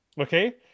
okay